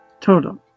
Total